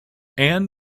anne